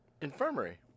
Infirmary